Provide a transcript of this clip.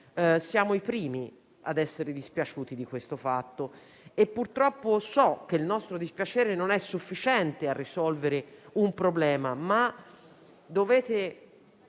siamo i primi a essere dispiaciuti di questo fatto. Purtroppo, so che il nostro dispiacere non è sufficiente a risolvere un problema, ma dovete